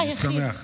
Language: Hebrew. אני שמח.